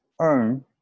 earn